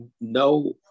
No